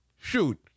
Shoot